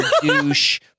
douche